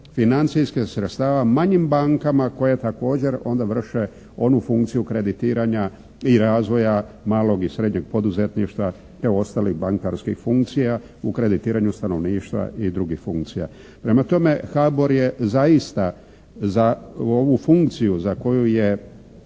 financijskih sredstava manjim bankama koje također onda vrše onu funkciju kreditiranja i razvoja malog i srednjeg poduzetništva, te ostalih bankarskih funkcija u kreditiranju stanovništva i drugih funkcija. Prema tome, HBOR je zaista za ovu funkciju za koju je